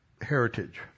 heritage